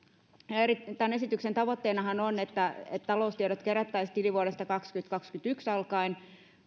tämän esityksen tavoitteenahan on että taloustiedot kerättäisiin tilivuodesta kaksituhattakaksikymmentäyksi alkaen